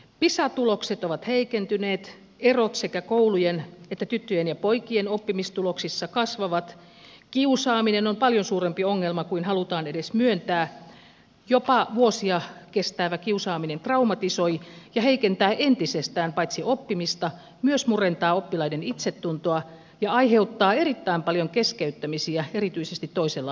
pisa tulokset ovat heikentyneet erot sekä koulujen että tyttöjen ja poikien oppimistuloksissa kasvavat kiusaaminen on paljon suurempi ongelma kuin halutaan edes myöntää jopa vuosia kestävä kiusaaminen paitsi traumatisoi ja heikentää entisestään oppimista myös murentaa oppilaiden itsetuntoa ja aiheuttaa erittäin paljon keskeyttämisiä erityisesti toisella asteella